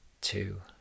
two